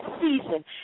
season